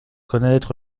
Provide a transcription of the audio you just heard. connaître